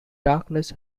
darkness